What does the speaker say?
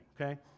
okay